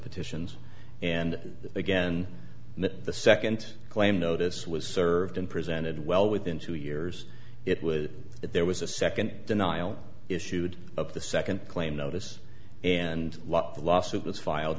petitions and again the second claim notice was served and presented well within two years it was that there was a second denial issued up the second claim notice and lot the lawsuit was filed